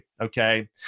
Okay